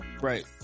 Right